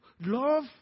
love